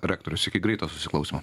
rektorius iki greito susiklausymo